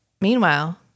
Meanwhile